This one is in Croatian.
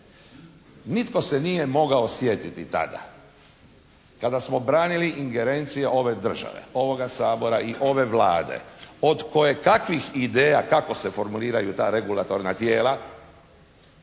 Nitko se nije mogao sjetiti tada kada smo branili ingerencije ove države, ovoga Sabora i ove Vlade od koje kakvih ideja kako se formuliraju ta regulatorna tijela,